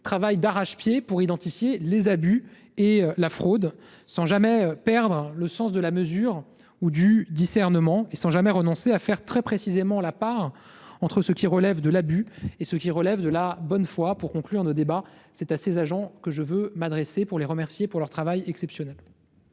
travaillent d'arrache-pied pour identifier les abus et la fraude, sans jamais perdre le sens de la mesure ou du discernement et sans jamais renoncer à faire très précisément la part entre ce qui relève de l'abus et ce qui relève de la bonne foi. Je m'adresse à ces agents afin de les remercier pour leur travail exceptionnel.